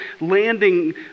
landing